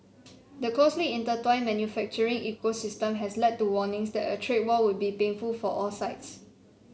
the closely intertwined manufacturing ecosystem has led to warnings that a trade war would be painful for all sides